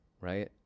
right